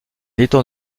étang